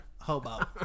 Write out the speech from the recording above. hobo